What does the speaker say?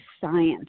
science